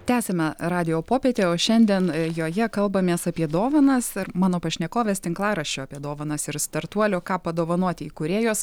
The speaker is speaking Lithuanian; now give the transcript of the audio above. tęsiame radijo popietę o šiandien joje kalbamės apie dovanas ir mano pašnekovės tinklaraščio apie dovanas ir startuolio ką padovanoti įkūrėjos